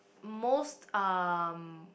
most um